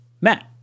Matt